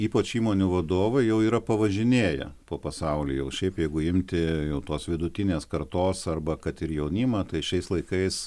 ypač įmonių vadovai jau yra pavažinėję po pasaulį jau šiaip jeigu imti tuos vidutinės kartos arba kad ir jaunimą tai šiais laikais